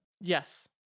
Yes